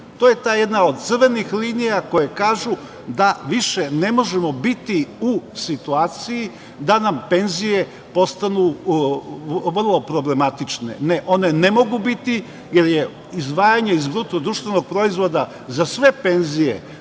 To je ta jedna od crvenih linija koje kažu da više ne možemo biti u situaciji da nam penzije postanu vrlo problematične. Ne, one ne mogu biti, jer je izdvajanje iz BDP za sve penzije,